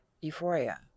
Euphoria